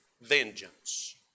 vengeance